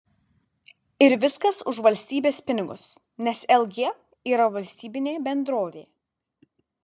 ir viskas už valstybės pinigus nes lg yra valstybinė bendrovė